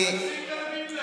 תפסיק להאמין להם.